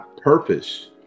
purpose